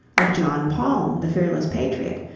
of john palm, the fearless patriot,